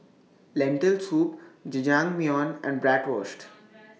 Lentil Soup Jajangmyeon and Bratwurst